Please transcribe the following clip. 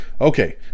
Okay